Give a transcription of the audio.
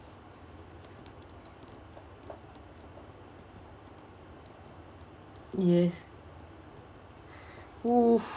yes !woo!